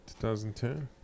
2010